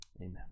Amen